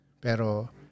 pero